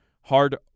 hard